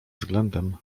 względem